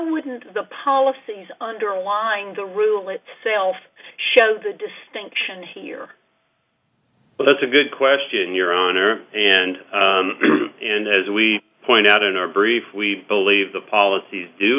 wouldn't the policies underlying the rule itself show the distinction here well that's a good question your honor and and as we point out in our brief we believe the policies do